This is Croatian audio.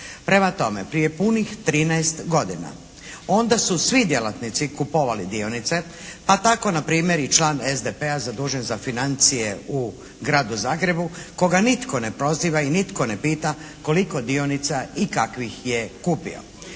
Prema tome, prije punih 13 godina. Onda su svi djelatnici kupovali dionice, pa tako npr. i član SDP-a zadužen za financije u Gradu Zagrebu koga nitko ne proziva i nitko ne pita koliko dionica i kakvih je kupio.